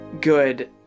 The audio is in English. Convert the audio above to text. good